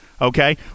Okay